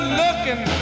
looking